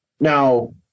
Now